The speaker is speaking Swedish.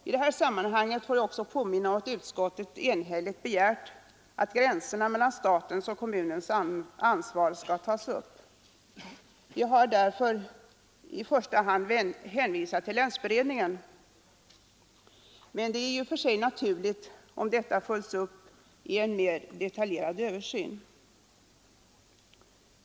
I det här sammanhanget får jag också påminna om att utskottet enhälligt begärt att gränserna mellan statens och kommunens ansvar skall tas upp. Vi har i första hand hänvisat till länsberedningen, men det är i och för sig naturligt om detta följs upp i en mer detaljerad översyn.